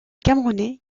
camerounais